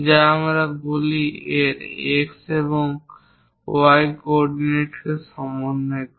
যা আমরা বলি এবং এর X তার Y কোঅরডিনেটগুলিকে সমন্বয় করে